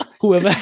whoever